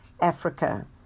africa